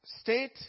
state